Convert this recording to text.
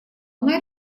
она